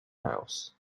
house